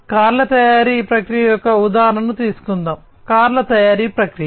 కాబట్టి కార్ల తయారీ ప్రక్రియ యొక్క ఉదాహరణను తీసుకుందాం కార్ల తయారీ ప్రక్రియ